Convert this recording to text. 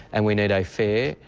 and we need a fair,